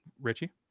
Richie